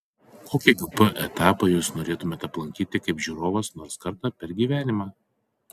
kokį gp etapą jūs norėtumėte aplankyti kaip žiūrovas nors kartą per gyvenimą